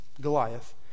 Goliath